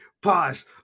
pause